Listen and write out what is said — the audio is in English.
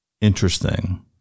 interesting